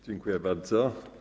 Dziękuję bardzo.